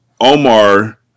Omar